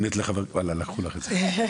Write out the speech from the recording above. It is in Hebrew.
בבקשה.